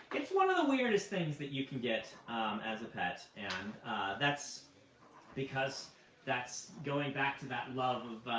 it's one of the weirdest things that you can get as a pet. and that's because that's going back to that love of